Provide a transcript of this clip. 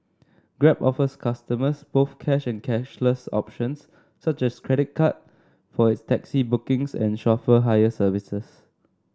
grab offers customers both cash and cashless options such as credit card for its taxi bookings and chauffeur hire services